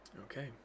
Okay